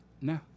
No